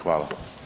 Hvala.